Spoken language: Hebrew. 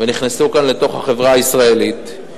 ונכנסו כאן לחברה הישראלית.